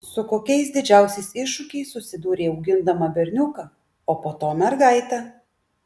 su kokiais didžiausiais iššūkiais susidūrei augindama berniuką o po to mergaitę